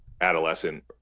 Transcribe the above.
adolescent